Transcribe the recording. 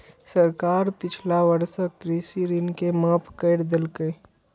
सरकार पिछला वर्षक कृषि ऋण के माफ कैर देलकैए